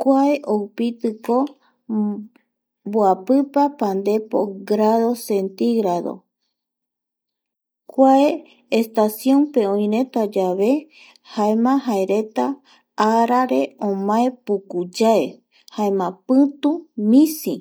kua oupitiko mboapipa pandepo grado centigrado kuae estación pe oireta yave jaema jereta arare omae pukuyae jaema pitu misi